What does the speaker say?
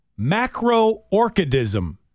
macroorchidism